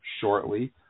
shortly